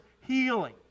healing